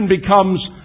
becomes